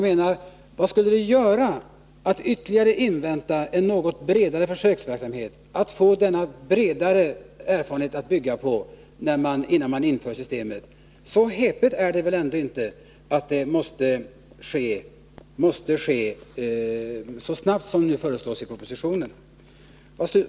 Men vad skulle det göra att ytterligare invänta en något bredare försöksverksamhet och därmed få fler erfarenheter att bygga på, innan man inför systemet? Så bråttom är det väl ändå inte att införandet måste ske så snabbt som nu föreslås i propositionen.